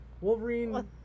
Wolverine